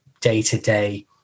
day-to-day